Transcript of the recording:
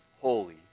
holy